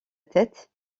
tête